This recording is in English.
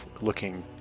looking